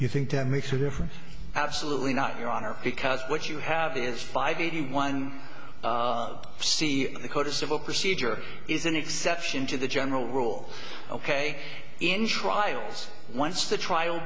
you think that makes a difference absolutely not your honor because what you have is five eighty one see the code of civil procedure is an exception to the general rule ok in trials once the trial